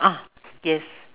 ah yes